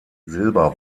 silber